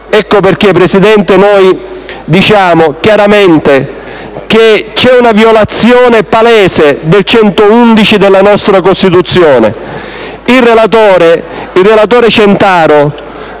ecco perché, signora Presidente, noi diciamo chiaramente che c'è una violazione palese dell'articolo 111 della nostra Costituzione.